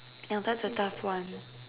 ya that's a tough one